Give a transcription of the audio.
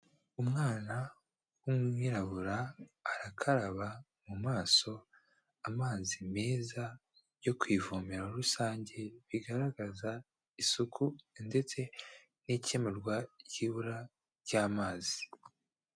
Umwana w'umwirabura arakaraba mu maso amazi meza yo ku ivomero rusange, bigaragaza isuku ndetse n'ikemurwa ry'ibura ry'amazi.